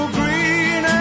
green